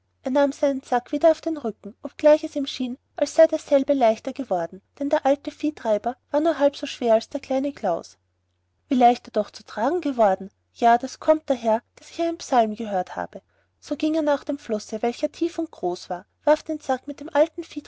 seinen sack wieder auf den rücken obgleich es ihm schien als sei derselbe leichter geworden denn der alte viehtreiber war nur halb so schwer als der kleine klaus wie leicht ist er doch zu tragen geworden ja das kommt daher daß ich einen psalm gehört habe so ging er nach dem flusse welcher tief und groß war warf den sack mit dem alten